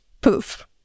poof